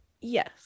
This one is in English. Yes